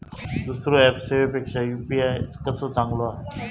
दुसरो ऍप सेवेपेक्षा यू.पी.आय कसो चांगलो हा?